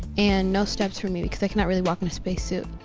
and no steps for me, because i cannot really walk in a spacesuit.